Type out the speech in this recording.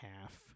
half